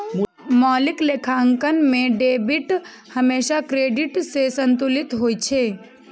मौलिक लेखांकन मे डेबिट हमेशा क्रेडिट सं संतुलित होइ छै